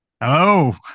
Hello